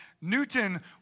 Newton